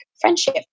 friendship